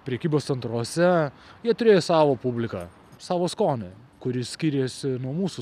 prekybos centruose jie turėjo savo publiką savo skonį kuris skyrėsi nuo mūsų